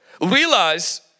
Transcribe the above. realize